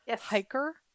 hiker